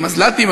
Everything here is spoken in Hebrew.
על מזל"טים,